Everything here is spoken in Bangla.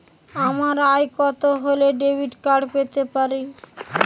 আমার আয় কত হলে ডেবিট কার্ড পেতে পারি?